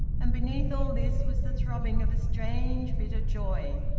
and beneath all this was the throbbing of a strange, bitter joy.